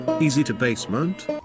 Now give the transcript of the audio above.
easy-to-basement